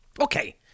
Okay